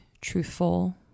truthful